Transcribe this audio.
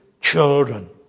children